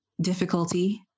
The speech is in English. difficulty